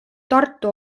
tartu